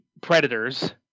predators